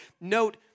note